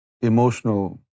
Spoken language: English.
emotional